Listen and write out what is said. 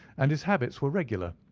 and his habits were regular.